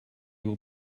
will